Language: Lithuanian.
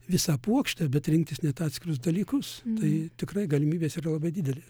visą puokštę bet rinktis net atskirus dalykus tai tikrai galimybės yra labai didelės